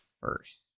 first